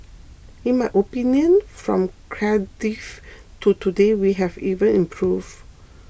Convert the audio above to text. in my opinion from Cardiff to today we have even improved